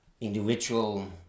individual